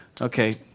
okay